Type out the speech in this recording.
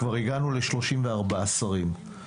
כבר הגענו ל-34 שרים.